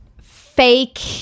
fake